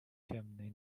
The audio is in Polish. ciemnej